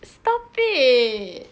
stop it